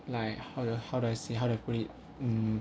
like how do I how do I say how do I put it